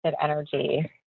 energy